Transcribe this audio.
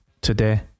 Today